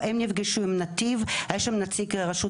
הדרכון לא מקנה שום זכות או